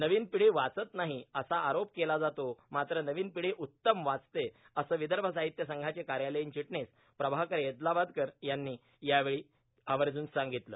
नवीन पिढी वाचत नाही असा आरोप केला जातो मात्र नवीन पिढी उत्तम वाचते असं विदर्भ साहित्य संघाचे कार्यालयीन चिटणीस प्रकाश एदलाबादकर यांनी यावेळी आवर्जुन सांगितलं